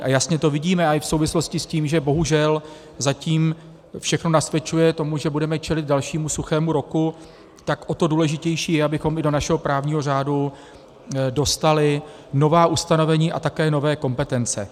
A jasně to vidíme i v souvislosti s tím, že zatím všechno nasvědčuje tomu, že budeme čelit dalšímu suchému roku, tak o to důležitější je, abychom do našeho právního řádu dostali nová ustanovení a také nové kompetence.